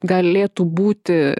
galėtų būti